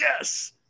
yes